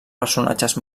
personatges